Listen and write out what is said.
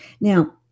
Now